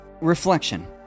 reflection